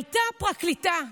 הייתה פרקליטה,